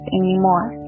anymore